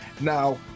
now